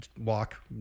walk